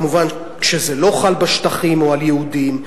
מובן כשזה לא חל בשטחים או על יהודים,